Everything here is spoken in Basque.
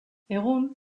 egun